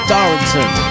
Darlington